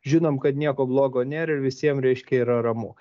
žinom kad nieko blogo nėr ir visiem reiškia yra ramu